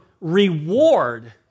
reward